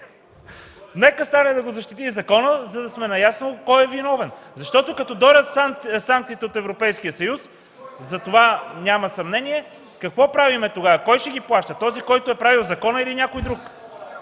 Нека стане да защити закона, за да сме наясно кой е виновен, защото като дойдат санкциите от Европейския съюз – затова няма съмнение, какво правим тогава?! Кой ще ги плаща – този, който е правил закона, или някой друг?!